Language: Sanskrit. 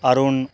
अरुणः